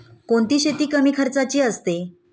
कोणती शेती कमी खर्चाची असते?